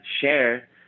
share